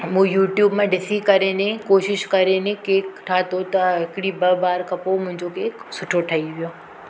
मूं यूट्यूब मां ॾिसी करे ने कोशिशि करे ने केक ठाहियो त हिकिड़ी ॿ बार खां पोइ मुंहिंजो केक सुठो ठही वियो